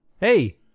Hey